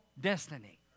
destiny